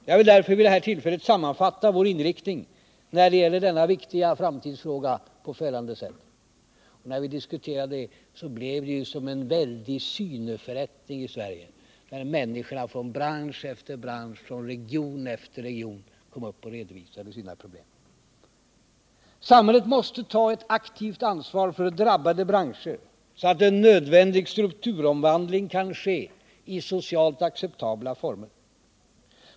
Jag vill därför vid det här tillfället sammanfatta vår inriktning när det gäller denna viktiga framtidsfråga på följande sätt — när vi diskuterade den blev det som en väldig syneförrättning i Sverige, där människorna från bransch efter bransch, från region efter region kom upp och redovisade sina problem: Samhället måste ta aktivt ansvar för drabbade branscher, så att en nödvändig strukturomvandling kan ske i socialt acceptabla former.